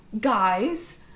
guys